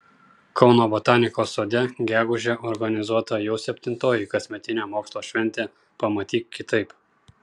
kauno botanikos sode gegužę organizuota jau septintoji kasmetinė mokslo šventė pamatyk kitaip